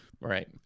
Right